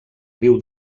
riu